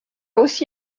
aussi